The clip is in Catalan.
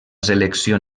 selecció